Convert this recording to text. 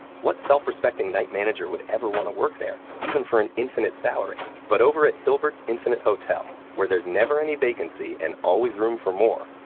what self-respecting night manager would ever want to work there even for an infinite salary? but over at hilbert's infinite hotel, where there's never any vacancy and always room for more,